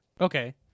Okay